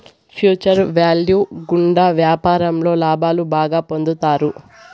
future value గుండా వ్యాపారంలో లాభాలు బాగా పొందుతారు